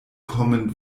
common